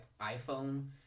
iPhone